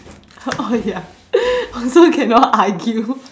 oh oh ya so we cannot argue